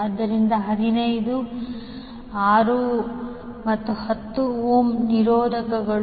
ಆದ್ದರಿಂದ 15 6 ಓಮ್ ಮತ್ತು 10 ಓಮ್ ನಿರೋಧಕಗಳು